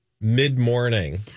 mid-morning